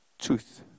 truth